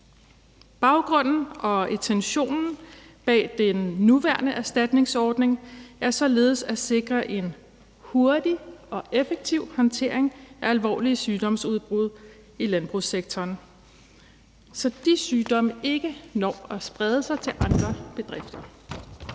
Baggrunden og intentionen bag den nuværende erstatningsordning er således at sikre en hurtig og effektiv håndtering af alvorlige sygdomsudbrud i landbrugssektoren, så de sygdomme ikke når at sprede sig til andre bedrifter.